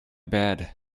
bed